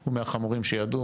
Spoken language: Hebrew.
הוא מהחמורים שידעו.